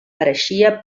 pareixia